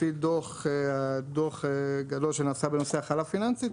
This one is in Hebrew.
לפי דו"ח גדול שנעשה בנושא הכלה פיננסית,